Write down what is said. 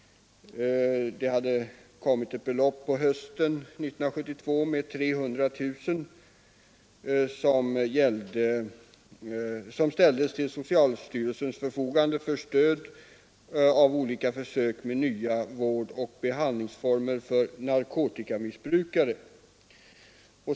På hösten 1972 hade det kommit ett belopp av 300 000 kronor, som ställdes till socialstyrelsens förfogande för stöd av olika försök med nya vårdoch behandlingsformer för narkotikamissbrukare.